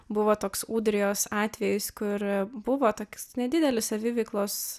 buvo toks ūdrijos atvejis kur buvo toks nedidelis saviveiklos